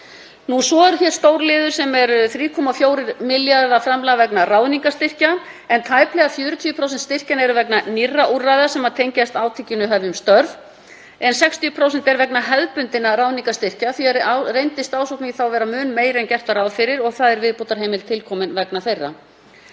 ár. Svo er hér stór liður sem er 3,4 milljarða framlag vegna ráðningarstyrkja en tæplega 40% styrkjanna eru vegna nýrra úrræða sem tengjast átakinu Hefjum störf en 60% eru vegna hefðbundinna ráðningarstyrkja. Reyndist ásókn í þá vera mun meiri en gert var ráð fyrir og viðbótarheimild er til komin vegna þeirra.